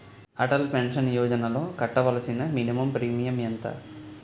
Atal pension యోజనలో కట్టవలసిన minimum premium ఎంత?